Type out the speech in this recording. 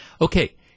Okay